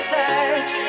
touch